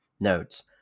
notes